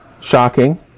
shocking